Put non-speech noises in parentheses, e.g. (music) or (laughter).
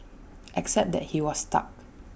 (noise) except that he was stuck